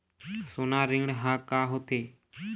सोना ऋण हा का होते?